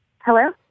Hello